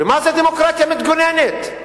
ומה זה דמוקרטיה מתגוננת?